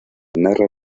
narra